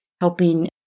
helping